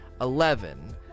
eleven